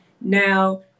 Now